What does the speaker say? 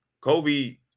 Kobe